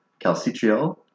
calcitriol